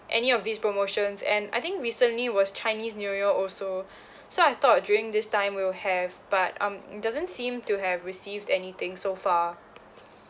any of these promotions and I think recently was chinese new year also so I thought during this time will have but um doesn't seem to have received anything so far